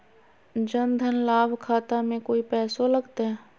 जन धन लाभ खाता में कोइ पैसों लगते?